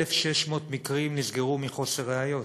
1,600 מקרים נסגרו מחוסר ראיות.